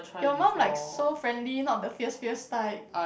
your mum like so friendly not the fierce fierce type